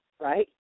right